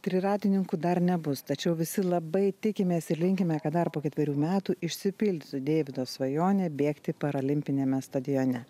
triratininkų dar nebus tačiau visi labai tikimės ir linkime kad dar po ketverių metų išsipildytų deivido svajonė bėgti paralimpiniame stadione